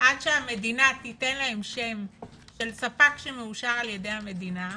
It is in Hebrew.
עד שהמדינה תיתן להם שם של ספק שמאושר על ידי המדינה.